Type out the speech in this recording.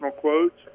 quotes